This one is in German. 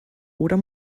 oder